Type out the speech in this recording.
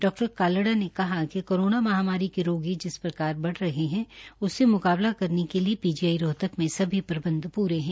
डॉ कालड़ा ने कहा कि कोरोना महामारी के रोगी जिस प्रकार बढ़ रहे है उससे मुकाबला करने के लिए पीजीआई रोहतक में सभी प्रबंध पूरे है